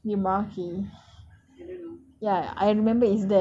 D marquee D marquee